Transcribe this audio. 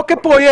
לא כפרויקטור.